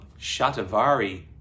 shatavari